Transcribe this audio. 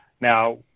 Now